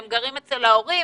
הם גרים אצל ההורים,